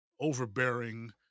overbearing